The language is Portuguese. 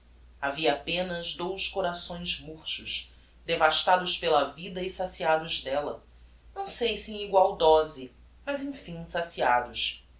havia apenas dous corações murchos devastados pela vida e saciados della não sei se em egual dóse mas emfim saciados